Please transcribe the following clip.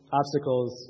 obstacles